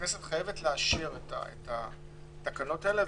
הכנסת חייבת לאשר את התקנות האלה.